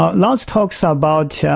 ah laozi talks ah about yeah